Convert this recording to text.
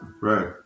right